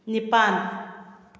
ꯅꯤꯄꯥꯟ